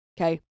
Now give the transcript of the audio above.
okay